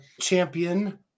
champion